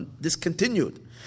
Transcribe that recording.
discontinued